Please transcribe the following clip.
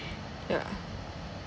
ya